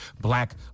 black